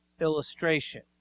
illustration